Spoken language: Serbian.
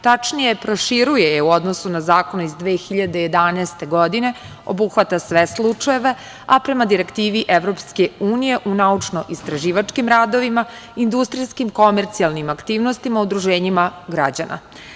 Tačnije, proširuje je u odnosu na zakone iz 2011. godine, obuhvata sve slučajeve, a prema direktivi EU u naučno-istraživačkim radovima, industrijskim, komercijalnim aktivnostima, udruženjima građana.